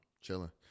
chilling